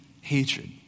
hatred